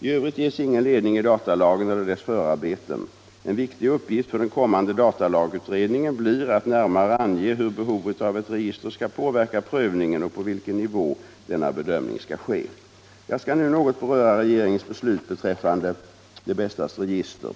I övrigt ges ingen ledning i datalagen eller dess förarbeten. En viktig uppgift för den kommande datalagsutredningen blir att närmare ange hur behovet av ett register skall påverka prövningen och på vilken nivå denna bedömning skall ske. Jag skall nu något beröra regeringens beslut beträffande Det Bästas register.